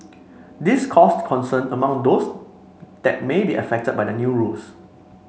this caused concern among those that may be affected by the new rules